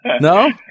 No